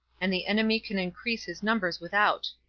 and the enemy can increase his numbers without.